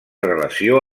relació